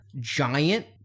giant